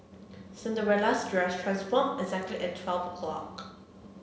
Cinderella's dress transformed exactly at twelve o'clock